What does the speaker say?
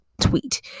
tweet